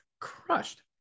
crushed